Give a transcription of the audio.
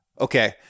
Okay